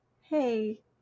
hey